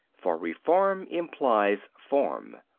for reform implies form.